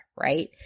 right